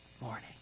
morning